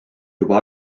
juba